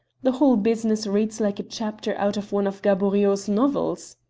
the whole business reads like a chapter out of one of gaboriau's novels.